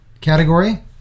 category